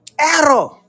Error